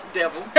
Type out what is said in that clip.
devil